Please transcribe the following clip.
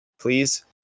please